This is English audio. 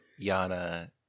Yana